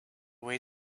way